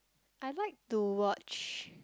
I like to watch